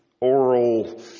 oral